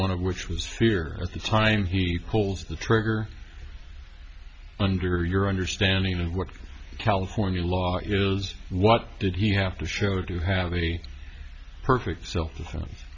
one of which was fear at the time he pulls the trigger under your understanding of what california law is what did he have to show to have any perfect self